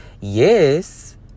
Yes